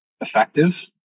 effective